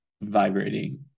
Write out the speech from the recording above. vibrating